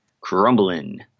crumbling